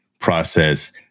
process